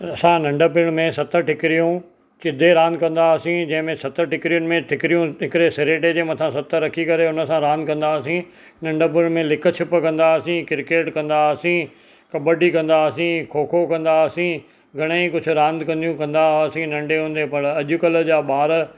असां नंढपिणु में सत ठिकिरियूं चिदे रांदि कंदा हुआसीं जंहिंमें सत ठिकिरियुनि में हिकिड़े सरेटे जे मथां रखी करे उन सां रांदि कंदा हुआसीं नंढपणु में लिक छिप कंदा हुआसीं क्रिकेट कंदा हुआसीं कबडी कंदा हुआसीं खोखो कंदा हुयासीं घणेई कुझु रांदियूं कंदा हु़आसीं पर अॼुकल्ह जा ॿार